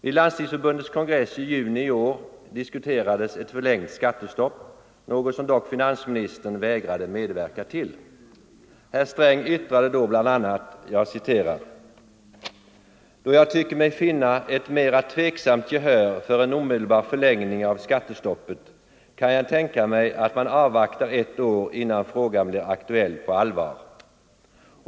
Vid Landstingsförbundets kongress i juni i år diskuterades ett förlängt skattestopp, något som dock finansministern vägrade medverka till. Herr Sträng yttrade då bl.a.: ”Då jag tycker mig finna ett mera tveksamt gehör för en omedelbar förlängning av skattestoppet kan jag tänka mig att man avvaktar ett år innan frågan blir aktuell på allvar.